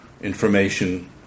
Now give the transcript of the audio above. information